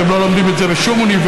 אתם לא לומדים את זה בשום אוניברסיטה,